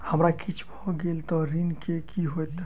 हमरा किछ भऽ गेल तऽ ऋण केँ की होइत?